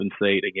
Again